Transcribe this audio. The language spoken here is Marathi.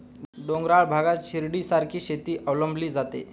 डोंगराळ भागात शिडीसारखी शेती अवलंबली जाते